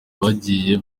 bagiye